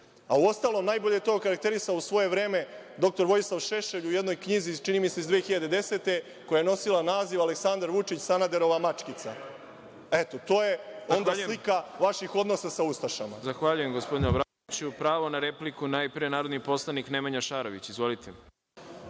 A uostalom, najbolje je to okarakaterisao, u svoje vreme, dr Vojislav Šešelj u jednoj knjizi, čini mi se iz 2010. godine, koja je nosila naziv – Aleksandar Vučić Sanaderova mačkica. Eto, to je onda slika vaših odnosa sa ustašama. **Đorđe Milićević** Zahvaljujem, gospodine Obradoviću. Pravo na repliku, najpre narodni poslanik Nemanja Šarović. Izvolite.